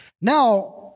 Now